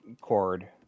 cord